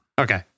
Okay